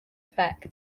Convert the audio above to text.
effect